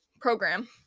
program